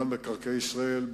שמינהל מקרקעי ישראל,